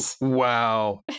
Wow